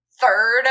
third